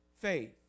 faith